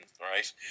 right